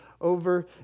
over